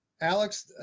Alex